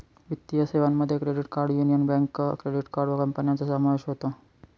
वित्तीय सेवांमध्ये credit card union bank credit card कंपन्यांचा समावेश होतो